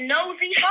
Nosy